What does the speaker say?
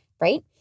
right